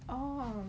oh